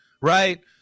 right